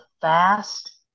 fast